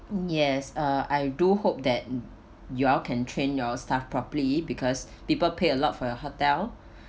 yes uh I do hope that you all can train your staff properly because people pay a lot for your hotel